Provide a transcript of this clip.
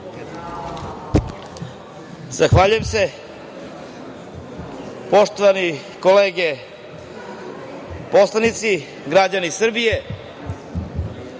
Zahvaljujem se. Poštovane kolege poslanici, građani Srbije,